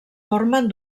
formen